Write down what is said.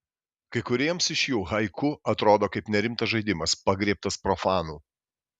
kai kuriems iš jų haiku atrodo kaip nerimtas žaidimas pagriebtas profanų